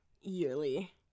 yearly